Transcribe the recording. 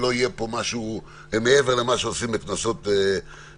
שלא יהיה פה משהו מעבר למה שעושים בקנסות רגילים.